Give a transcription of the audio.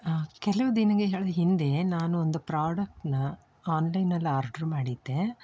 ಕೆಲವು ದಿನ್ಗಳ ಹಿಂದೆ ನಾನು ಒಂದು ಪ್ರಾಡಕ್ಟನ್ನ ಆನ್ಲೈನಲ್ಲಿ ಆರ್ಡ್ರು ಮಾಡಿದ್ದೆ